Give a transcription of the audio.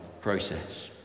process